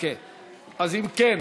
אז אם כן,